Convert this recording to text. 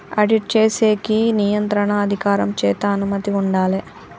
audit చేసేకి నియంత్రణ అధికారం చేత అనుమతి ఉండాలే